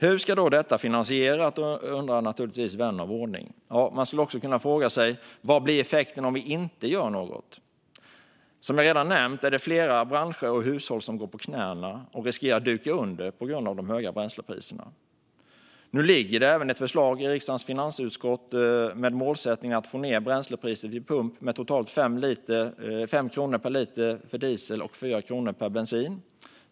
Hur ska då detta finansieras, undrar naturligtvis vän av ordning. Man skulle också kunna fråga sig vad effekten blir om vi inte gör något. Som jag nämnt är det redan flera branscher och hushåll som går på knäna och riskerar att duka under på grund av de höga bränslepriserna. Nu ligger det även ett förslag i riksdagens finansutskott med målsättningen att få ned bränslepriset vid pump med totalt 5 kronor per liter för diesel och 4 kronor per liter för bensin.